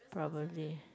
probably